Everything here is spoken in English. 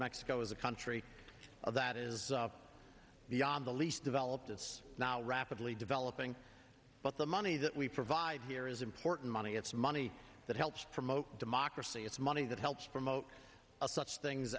mexico is a country of that is beyond the least developed it's now rapidly developing but the money that we provide here is important money it's money that helps promote democracy it's money that helps promote such things